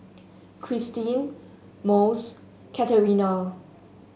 Cristine Mose Katerina